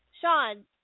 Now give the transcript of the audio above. Sean